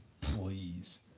Please